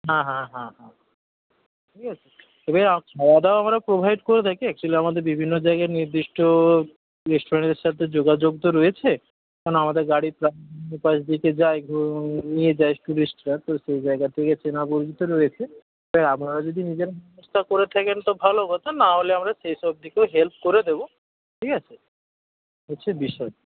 হ্যাঁ হ্যাঁ হ্যাঁ হ্যাঁ ঠিক আছে তবে খাওয়া দাওয়া আমরা প্রোভাইড করে থাকি অ্যাকচুয়ালি আমাদের বিভিন্ন জায়গায় নির্দিষ্ট রেষ্টুরেন্টের সাথে যোগাযোগ তো রয়েছে কেন আমাদের গাড়ি পাশ দিয়ে তো যায় নিয়ে যায় ট্যুরিস্টরা তো সেই জায়গা থেকে চেনা পরিচিতি রয়েছে তাই আপনারা যদি নিজেরা ব্যবস্থা করে থাকেন তো ভালো কথা না হলে আমরা সেই সব দিকেও হেল্প করে দেব ঠিক আছে এই হচ্ছে বিষয়